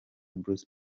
bruce